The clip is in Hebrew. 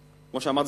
כמו שאמרת,